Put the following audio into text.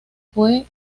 fue